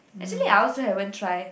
actually I also haven't try